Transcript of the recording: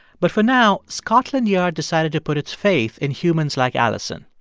but for now, scotland yard decided to put its faith in humans like alison.